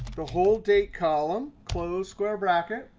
the whole date column, close square bracket.